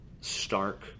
stark